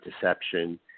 deception